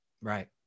Right